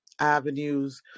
avenues